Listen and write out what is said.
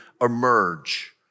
emerge